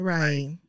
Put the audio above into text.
Right